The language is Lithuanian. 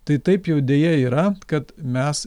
tai taip jau deja yra kad mes